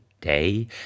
day